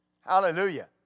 hallelujah